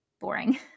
boring